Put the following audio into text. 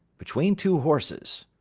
between two horses,